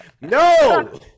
no